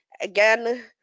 Again